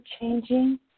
changing